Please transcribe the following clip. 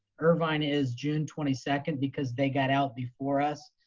irvine is june twenty second, because they got out before us.